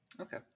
Okay